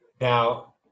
Now